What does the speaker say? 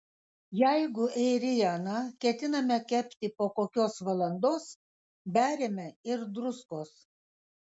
jeigu ėrieną ketiname kepti po kokios valandos beriame ir druskos